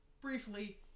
briefly